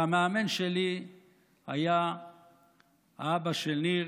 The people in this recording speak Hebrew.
והמאמן שלי היה אבא של ניר,